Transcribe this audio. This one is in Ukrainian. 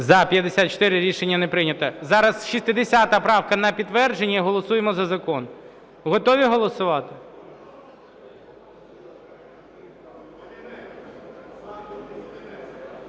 За-54 Рішення не прийнято. Зараз 60 правка на підтвердження і голосуємо за закон. Готові голосувати?